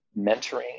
mentoring